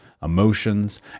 emotions